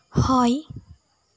হয়